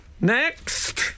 Next